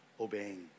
obeying